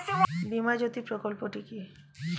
বীমা জ্যোতি প্রকল্পটি কি?